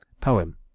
Poem